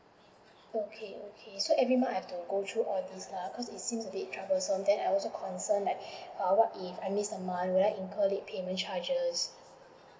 okay okay so every month I have to go through all this lah it seems a bit troublesome then I also concern like uh what if I missed the month will I incur late payment charges